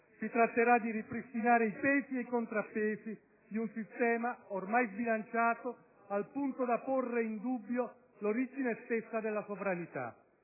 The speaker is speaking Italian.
ma di ripristinare i pesi e contrappesi di un sistema ormai sbilanciato al punto da porre in dubbio l'origine stessa della sovranità.